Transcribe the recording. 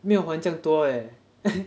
没有还这样多 leh